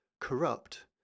corrupt